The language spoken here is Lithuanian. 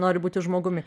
nori būti žmogumi